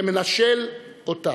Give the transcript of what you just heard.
כמנשל אותם.